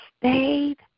stayed